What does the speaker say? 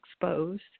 exposed